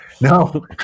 No